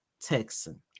Texan